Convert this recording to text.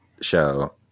show